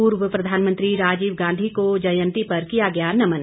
पूर्व प्रधानमंत्री राजीव गांधी को जयंती पर किया गया नमन